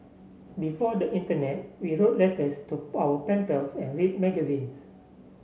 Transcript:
before the internet we wrote letters to our pen pals and read magazines